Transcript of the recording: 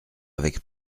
avec